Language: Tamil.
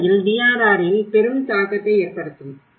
உண்மையில் DRRஇல் பெரும் தாக்கத்தை ஏற்படுத்தும்